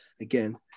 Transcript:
again